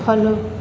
follow